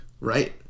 Right